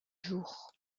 jours